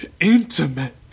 intimate